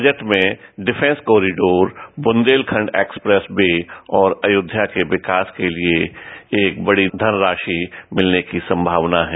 budget में defence corridor Bundelkhand expressway और अयोध्या के विकास के लिए एक बड़ी धनराशि मिलने की संभावना है